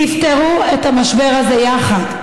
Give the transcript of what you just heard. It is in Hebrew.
תפתרו את המשבר הזה יחד.